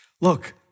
Look